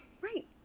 Right